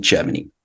Germany